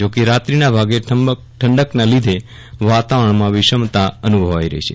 જો કે રાત્રીના ભાગે ઠંડકના લીધે વાતાવરણમાં વિષમતા અનુભવાઈ રહી છે